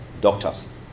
doctors